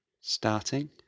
Starting